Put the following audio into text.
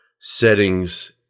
settings